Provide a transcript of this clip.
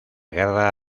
guerra